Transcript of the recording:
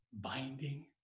Binding